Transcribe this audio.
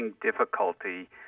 difficulty